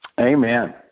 Amen